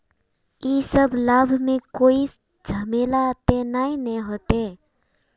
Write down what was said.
इ सब लाभ में कोई झमेला ते नय ने होते?